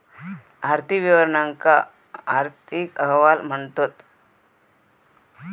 आर्थिक विवरणांका आर्थिक अहवाल म्हणतत